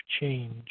change